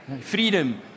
Freedom